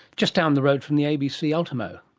just down the road from the abc ultimo.